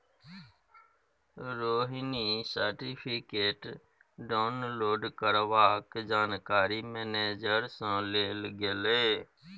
Rohini certificate download करबाक जानकारी manager सँ लेल गेलै